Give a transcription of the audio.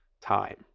time